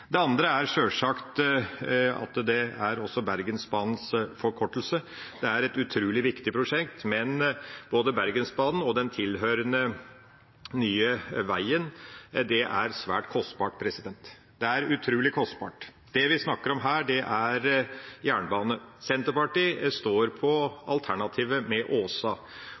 Den andre er sjølsagt at dette også er Bergensbanens forkortelse. Det er et utrolig viktig prosjekt, men både Bergensbanen og den tilhørende nye veien vil bli svært kostbare – dette er utrolig kostbart. Det vi snakker om her, er jernbanen. Senterpartiet står på alternativet med Åsa.